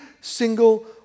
single